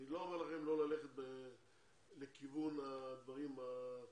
אני לא אומר לכם לא ללכת לכיוון הדברים הבריאותיים,